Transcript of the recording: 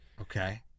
Okay